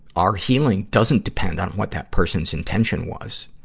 our healing doesn't depend on what that person's intention was,